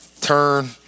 turn